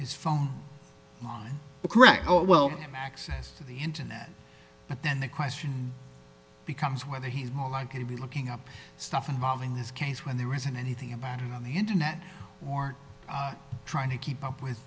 his phone line correct well access to the internet but then the question becomes whether he's more likely to be looking up stuff involving this case when there isn't anything about him on the internet or trying to keep up with